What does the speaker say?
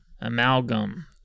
Amalgam